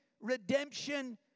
redemption